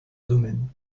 domaine